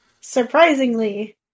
surprisingly